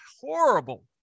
horrible